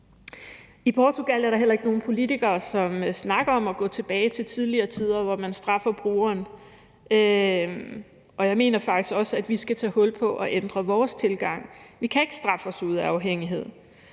I Portugal er der heller ikke nogen politikere, som snakker om at gå tilbage til tidligere tider, hvor man straffer brugeren. Jeg mener faktisk også, at vi skal tage hul på at ændre vores tilgang. Vi kan ikke straffe os ud af afhængighed.